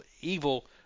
evil